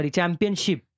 Championship